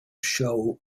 show